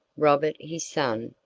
robert, his son,